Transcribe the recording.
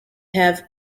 have